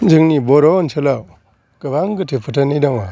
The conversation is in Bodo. जोंनि बर' ओन्सोलाव गोबां गोथै फोथायनाय दङ